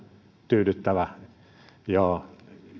tyydyttävä joo